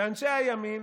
ואנשי הימין,